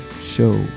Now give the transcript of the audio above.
show